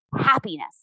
happiness